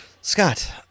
Scott